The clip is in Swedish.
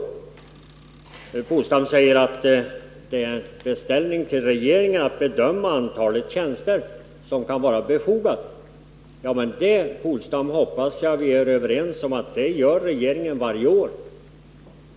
Åke Polstam sade att man vill rikta en beställning till regeringen att bedöma det antal tjänster som kan vara befogat. Men det gör ju regeringen varje år — det hoppas jag, Åke Polstam, att vi är överens om.